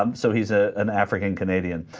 um so he's a and effort in canadian